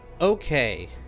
Okay